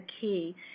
key